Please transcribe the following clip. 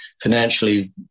financially